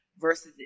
versus